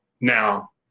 Now